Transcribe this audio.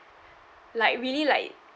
like really like